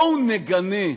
בואו נגנה,